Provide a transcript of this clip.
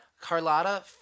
Carlotta